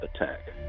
attack